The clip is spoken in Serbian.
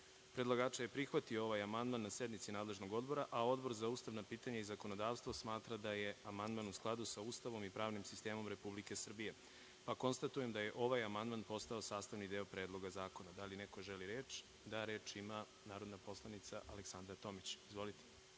predlagača je prihvatio ovaj amandman na sednici nadležnog odbora, a Odbor za ustavna pitanja i zakonodavstvo smatra da je amandman u skladu sa Ustavom i pravnim sistemom Republike Srbije, pa konstatujem da je ovaj amandman postao sastavni deo Predloga zakona. Da li neko želi reč? (Da)Reč ima narodna poslanica Aleksandra Tomić. Izvolite.